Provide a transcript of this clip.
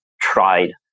tried